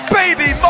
baby